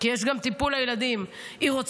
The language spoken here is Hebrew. כי יש גם טיפול לילדים,